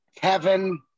Kevin